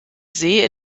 see